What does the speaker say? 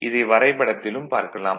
இதை வரைபடத்திலும் பார்க்கலாம்